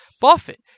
Buffett